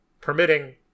permitting